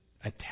attack